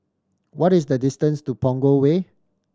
what is the distance to Punggol Way